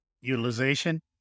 utilization